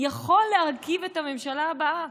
יכול להרכיב את הממשלה הבאה.